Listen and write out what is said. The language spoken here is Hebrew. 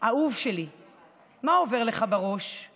אהוב שלי / מה עובר לך בראש /